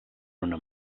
una